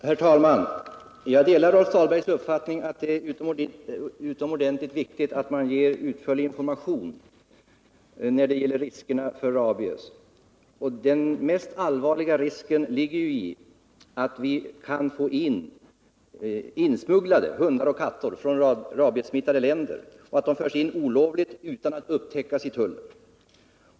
Herr talman! Jag delar Rolf Dahlbergs uppfattning att det är utomordentligt viktigt att man ger utförlig information när det gäller riskerna i samband med rabies. Den mest allvarliga risken uppstår när hundar och katter smugglas in från rabiessmittade länder utan att detta upptäcks av tullen.